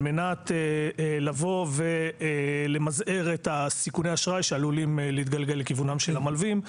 על מנת למזער את סיכוני האשראי שעלולים להתגלגל לכיוונם של המלווים.